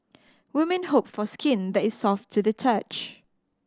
women hope for skin that is soft to the touch